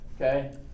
Okay